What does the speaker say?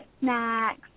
snacks